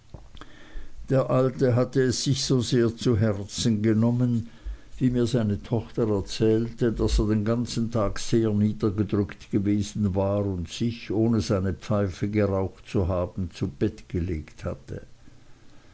der alte hatte es sich so sehr zu herzen genommen wie mir seine tochter erzählte daß er den ganzen tag sehr niedergedrückt gewesen war und sich ohne seine pfeife geraucht zu haben zu bett gelegt hatte